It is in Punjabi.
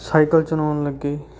ਸਾਈਕਲ ਚਲਾਉਣ ਲੱਗੇ